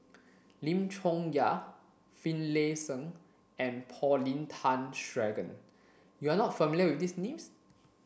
Lim Chong Yah Finlayson and Paulin Tay Straughan you are not familiar with these names